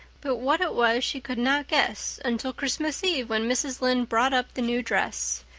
but what it was she could not guess, until christmas eve, when mrs. lynde brought up the new dress.